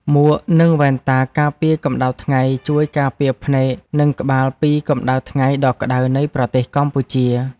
មួក និងវ៉ែនតាការពារកម្ដៅថ្ងៃ ជួយការពារភ្នែក និងក្បាលពីកម្ដៅថ្ងៃដ៏ក្ដៅនៃប្រទេសកម្ពុជា។